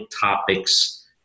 topics